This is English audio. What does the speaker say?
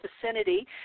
vicinity